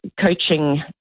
coaching